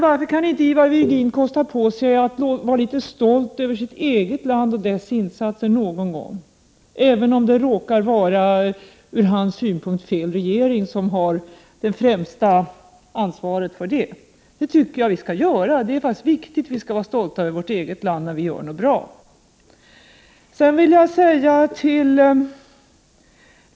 Varför kan inte Ivar Virgin kosta på sig att vara litet stolt över sitt eget land och dess insatser någon gång, även om det råkar vara från hans synpunkt fel regering som har det främsta ansvaret? Det tycker jag att vi skall vara, det är viktigt. Vi skall vara stolta över vårt eget land då vi gör något som är bra.